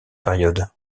période